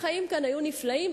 החיים כאן היו נפלאים,